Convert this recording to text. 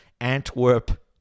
Antwerp